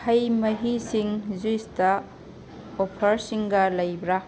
ꯍꯩ ꯃꯍꯤꯁꯤꯡ ꯖ꯭ꯌꯨꯏꯁꯇ ꯑꯣꯐꯔꯁꯤꯡ ꯂꯩꯕ꯭ꯔ